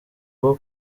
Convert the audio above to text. rwo